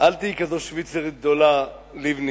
אל תהיי כזו שוויצרית גדולה, לבני.